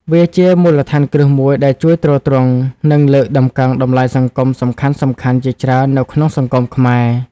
វាជាមូលដ្ឋានគ្រឹះមួយដែលជួយទ្រទ្រង់ និងលើកតម្កើងតម្លៃសង្គមសំខាន់ៗជាច្រើននៅក្នុងសង្គមខ្មែរ។